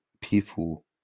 people